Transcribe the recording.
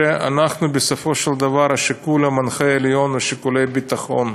בסופו של דבר השיקול המנחה העליון הוא שיקולי ביטחון,